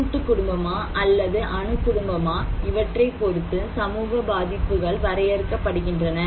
கூட்டு குடும்பமா அல்லது அனு குடும்பமா இவற்றைப் பொறுத்து சமூக பாதிப்புகள் வரையறுக்கப்படுகின்றன